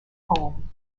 poem